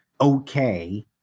okay